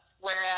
Whereas